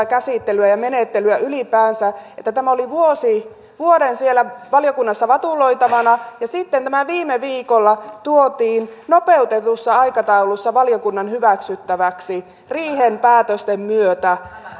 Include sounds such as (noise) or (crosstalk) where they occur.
(unintelligible) käsittelyä ja menettelyä ylipäänsä että tämä oli vuoden siellä valiokunnassa vatuloitavana ja sitten tämä viime viikolla tuotiin nopeutetussa aikataulussa valiokunnan hyväksyttäväksi riihen päätösten myötä